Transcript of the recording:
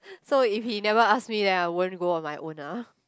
so if he never ask me then I won't go on my own ah